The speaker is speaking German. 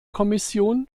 kommission